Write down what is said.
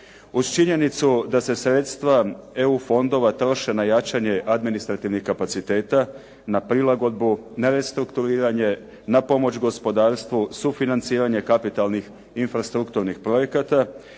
Uz činjenicu da se sredstva EU fondova troše na jačanje administrativnih kapaciteta, na prilagodbu, na restrukturiranje, na pomoć gospodarstvu, sufinanciranje kapitalnih, infrastrukturnih projekata.